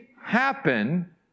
happen